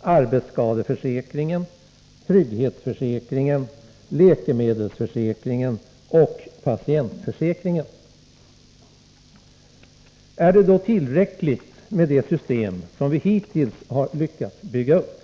arbetsskadeförsäkringen, trygghetsförsäkringen, läkemedelsförsäkringen och patientförsäkringen. Är då det system som vi hittills lyckats bygga upp tillräckligt?